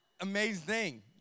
Amazing